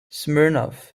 smirnov